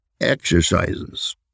exercises